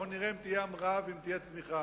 אנחנו נראה אם תהיה המראה ואם תהיה צניחה.